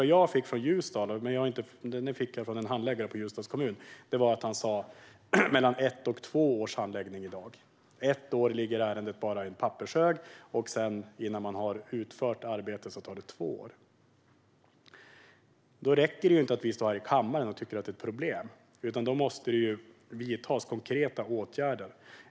Jag fick en siffra från en handläggare på Ljusdals kommun. Han sa att det skulle ta mellan ett och två år för ett sådant ärende att handläggas i dag. Ett år ligger ärendet bara i en pappershög. Och sedan tar det ett år till innan arbetet har utförts. Det räcker inte att vi står i den här kammaren och tycker att det är ett problem. Det måste vidtas konkreta åtgärder.